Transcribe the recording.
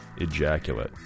ejaculate